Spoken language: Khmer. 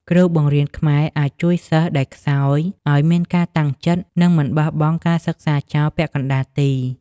គ្រូបង្រៀនខ្មែរអាចជួយសិស្សដែលខ្សោយឱ្យមានការតាំងចិត្ត និងមិនបោះបង់ការសិក្សាចោលពាក់កណ្តាលទី។